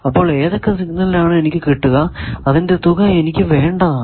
അപ്പോൾ ഏതൊക്കെ സിഗ്നൽ ആണോ എനിക്ക് കിട്ടുക അതിന്റെ തുക എനിക്ക് വേണ്ടതാണ്